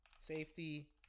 Safety